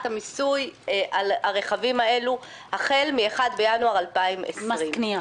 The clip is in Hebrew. המיסוי על הרכבים האלה החל מ-1 בינואר 2020. מס קנייה.